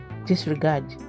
disregard